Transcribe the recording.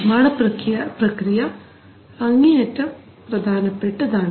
നിർമ്മാണ പ്രക്രിയ അങ്ങേയറ്റം പ്രധാനപ്പെട്ടതാണ്